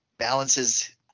Balances